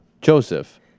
Joseph